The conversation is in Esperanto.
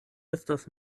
estas